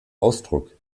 ausdruck